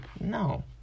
no